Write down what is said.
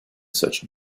such